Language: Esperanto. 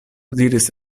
diris